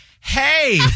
hey